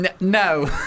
No